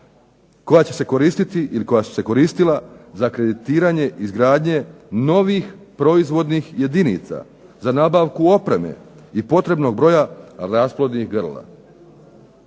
koja će se koristiti ili koja su se koristila za kreditiranje izgradnje novih proizvodnih jedinica, za nabavku opreme i potrebnog broja rasplodnih grla.